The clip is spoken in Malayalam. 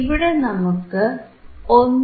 ഇവിടെ നമുക്ക് 1